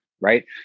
right